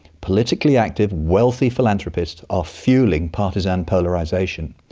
politically active wealthy philanthropists are fuelling partisan polarisation,